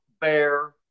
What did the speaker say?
bear